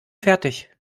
fertig